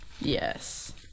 Yes